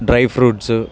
dry fruits